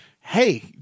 hey